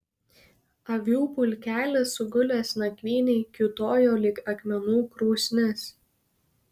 avių pulkelis sugulęs nakvynei kiūtojo lyg akmenų krūsnis